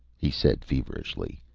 he said feverishly.